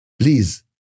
please